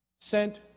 sent